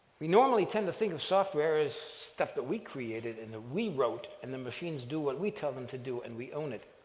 we normally tend to think of software as stuff that we created and that we wrote, and the machines do what we tell them to do, and we own it.